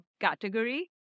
category